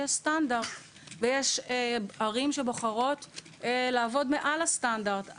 יש סטנדרט ויש ערים שבוחרות לעבוד מעל הסטנדרט.